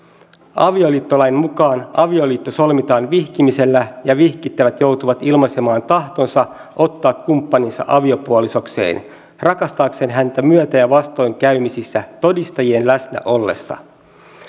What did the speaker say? avioliittolain mukaan avioliitto solmitaan vihkimisellä ja vihittävät joutuvat ilmaisemaan tahtonsa ottaa kumppaninsa aviopuolisokseen rakastaakseen häntä myötä ja vastoinkäymisissä todistajien läsnä ollessa